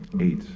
Eight